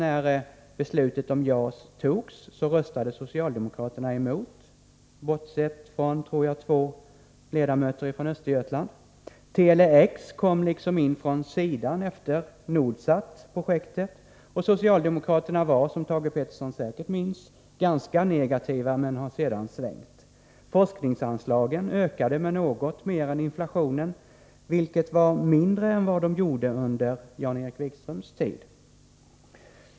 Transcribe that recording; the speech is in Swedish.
När beslutet om JAS fattades röstade socialdemokraterna emot, bortsett från två ledamöter — tror jag — från Östergötland. Tele-X kom liksom in från sidan efter Nordsatprojektet, och socialdemokraterna var som Thage Peterson säkert minns ganska negativa men har sedan svängt. Forskningsanslagen ökade med något mer än inflationen, vilket var mindre än vad de gjorde under Jan-Erik Wikströms tid.